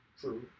true